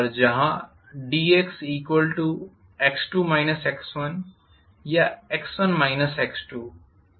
जहां dxx2 x1 या x1 x2 जो भी अंतर है